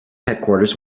headquarters